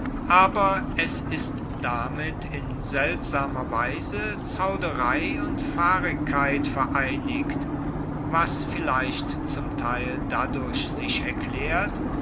aber es ist damit in seltsamer weise zauderei und fahrigkeit vereinigt was vielleicht zum teil dadurch sich erklaert